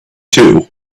too